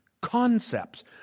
Concepts